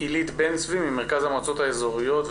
הילית בן צבי ממרכז המועצות האזוריות,